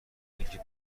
اینکه